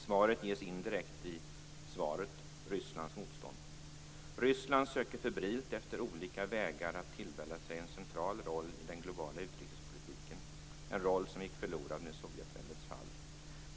Svaret ges indirekt i utrikesministerns svar: Rysslands motstånd. Ryssland söker febrilt efter olika vägar att tillvälla sig en central roll i den globala utrikespolitiken, en roll som gick förlorad med Sovjetväldets fall.